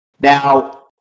Now